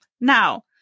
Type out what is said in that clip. Now